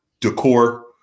decor